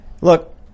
look